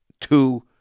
two